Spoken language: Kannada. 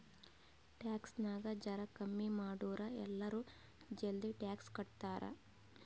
ಟ್ಯಾಕ್ಸ್ ನಾಗ್ ಜರಾ ಕಮ್ಮಿ ಮಾಡುರ್ ಎಲ್ಲರೂ ಜಲ್ದಿ ಟ್ಯಾಕ್ಸ್ ಕಟ್ತಾರ್